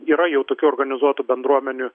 yra jau tokių organizuotų bendruomenių